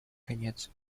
конец